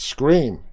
Scream